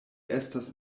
estas